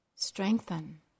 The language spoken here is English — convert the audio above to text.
Strengthen